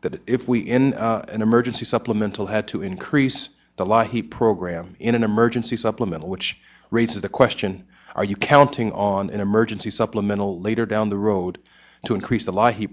that if we in an emergency supplemental had to increase the law he program in an emergency supplemental which raises the question are you counting on an emergency supplemental later down the road to increase the